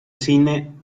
cine